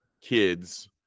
kids